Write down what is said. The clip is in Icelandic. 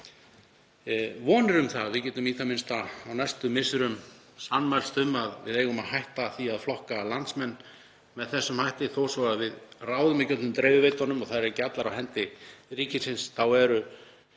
vonir um að við getum í það minnsta á næstu misserum sammælst um að við eigum að hætta því að flokka landsmenn með þessum hætti. Þó svo að við ráðum ekki öllum dreifiveitunum og þær séu ekki allar á hendi ríkisins þá er